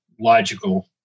logical